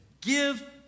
Give